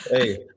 Hey